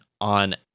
on